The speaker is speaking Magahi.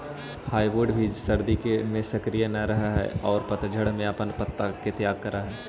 हार्डवुड भी सर्दि में सक्रिय न रहऽ हई औउर पतझड़ में अपन पत्ता के त्याग करऽ हई